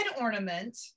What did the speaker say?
ornament